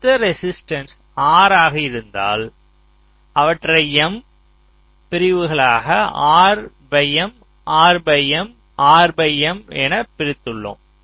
மொத்த resistance R ஆக இருந்தால் அவற்றை M பிரிவுகளாக RM RM RM என பிரித்துள்ளேன்